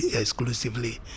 exclusively